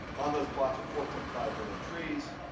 on those plots are four point five million trees,